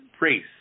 race